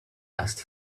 asked